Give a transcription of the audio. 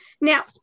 Now